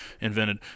invented